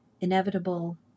inevitable